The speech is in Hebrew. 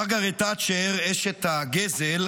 מרגרט תאצ'ר, אשת הגזל,